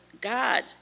God